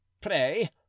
Pray